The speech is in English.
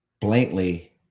blatantly